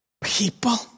people